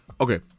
okay